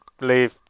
leave